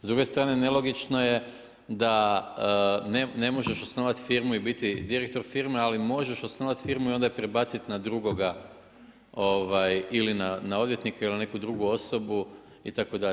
S druge strane nelogično je da ne možeš osnovati firmu i biti direktor firme, ali možeš osnovati firmu i onda ju prebaciti na drugoga ili na odvjetnika ili na neku drugu osobu itd.